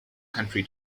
country